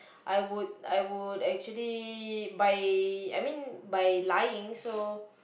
I would I would actually by I mean by lying so